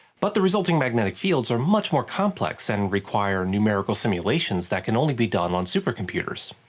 but the resulting magnetic fields are much more complex and require numerical simulations that can only be done on supercomputers.